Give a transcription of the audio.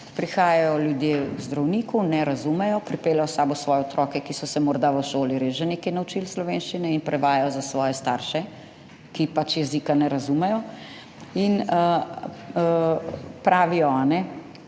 prihajajo ljudje k zdravniku, ne razumejo, pripeljejo s sabo svoje otroke, ki so se morda v šoli res že nekaj naučili slovenščine, in prevajajo za svoje starše, ki pač jezika ne razumejo. Pravijo: